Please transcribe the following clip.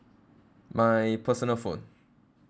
my personal phone